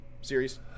series